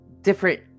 different